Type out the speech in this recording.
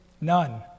none